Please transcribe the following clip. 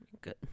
Good